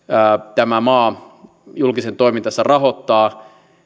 tämä maa julkisen toimintansa rahoittaa